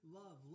love